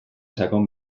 sakon